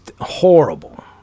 horrible